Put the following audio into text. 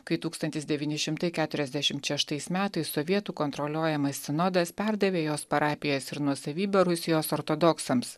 kai tūkstantis devyni šimtai keturiasdešimt šeštais metais sovietų kontroliuojamas sinodas perdavė jos parapijas ir nuosavybę rusijos ortodoksams